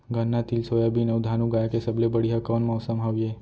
गन्ना, तिल, सोयाबीन अऊ धान उगाए के सबले बढ़िया कोन मौसम हवये?